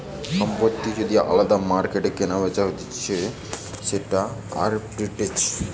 সম্পত্তি যদি আলদা মার্কেটে কেনাবেচা হতিছে সেটা আরবিট্রেজ